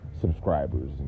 subscribers